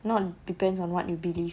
not depends on what you believe